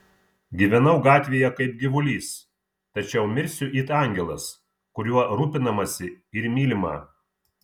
gyvenau gatvėje kaip gyvulys tačiau mirsiu it angelas kuriuo rūpinamasi ir mylima